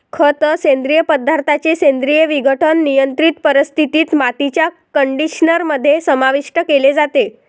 खत, सेंद्रिय पदार्थांचे सेंद्रिय विघटन, नियंत्रित परिस्थितीत, मातीच्या कंडिशनर मध्ये समाविष्ट केले जाते